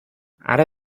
ara